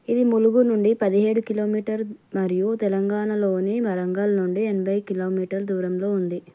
ఇది ములుగు నుండి పదిహేడు కిలోమీటర్ మరియు తెలంగాణలోని వరంగల్ నుండి ఎనభై కిలోమీటర్ దూరంలో ఉంది